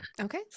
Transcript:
Okay